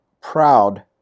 proud